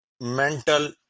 mental